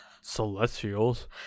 Celestials